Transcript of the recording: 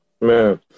Man